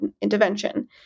intervention